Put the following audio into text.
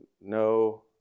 No